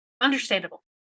Understandable